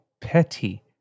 petty